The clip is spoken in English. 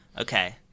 Okay